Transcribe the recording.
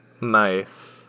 Nice